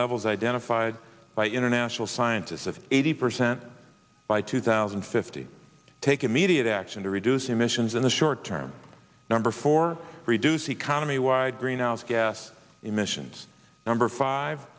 levels identified by international scientists of eighty percent by two thousand and fifty take immediate action to reduce emissions in the short term number four reduce economy wide greenhouse gas emissions number five